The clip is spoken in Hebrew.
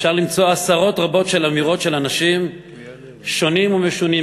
אפשר לראות אמירות רבות של אנשים שונים ומשונים,